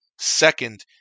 second